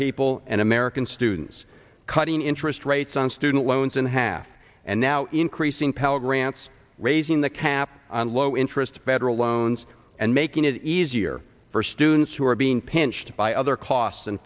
people and american students cutting interest rates on student loans in half and now increasing pell grants raising the cap on low interest better loans and making it easier for students who are being pinched by other costs and